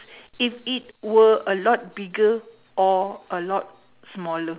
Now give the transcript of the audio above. if it were a lot bigger or a lot smaller